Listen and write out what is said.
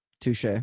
Touche